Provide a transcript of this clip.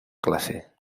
clase